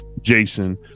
Jason